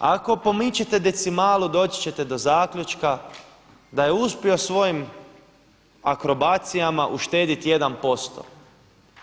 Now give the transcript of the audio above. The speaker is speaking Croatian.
Ako pomičete decimalu doći ćete do zaključka da je uspio svojim akrobacijama uštediti 1%